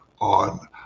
on